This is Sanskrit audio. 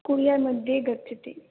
कोरियर् मध्ये गच्छति